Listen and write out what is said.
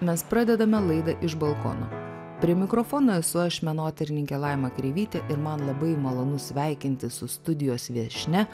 mes pradedame laidą iš balkono prie mikrofono esu aš menotyrininkė laima kreivytė ir man labai malonu sveikintis su studijos viešnia